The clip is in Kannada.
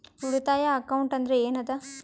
ಉಳಿತಾಯ ಅಕೌಂಟ್ ಅಂದ್ರೆ ಏನ್ ಅದ?